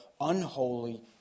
unholy